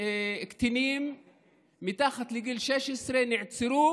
קטינים מתחת לגיל 16 נעצרו